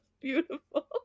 beautiful